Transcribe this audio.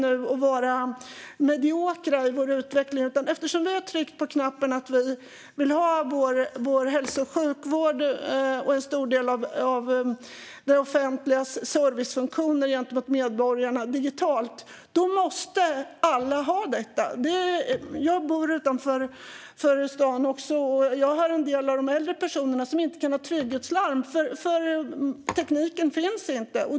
Utvecklingen kan inte vara medioker, för eftersom vi har tryckt på knappen som gör vår hälso och sjukvård och en stor del av det offentligas servicefunktioner gentemot medborgarna digital måste alla ha detta. Jag bor utanför stan, och jag känner en del äldre personer som inte kan ha trygghetslarm eftersom tekniken inte finns.